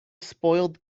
spoiled